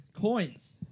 Coins